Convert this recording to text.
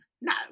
no